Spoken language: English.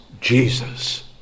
Jesus